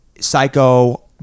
psycho